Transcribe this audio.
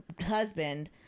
husband